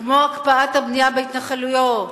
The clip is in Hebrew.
כמו הקפאת הבנייה בהתנחלויות,